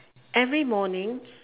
every morning